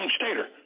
stater